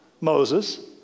Moses